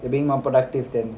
you're being more productive than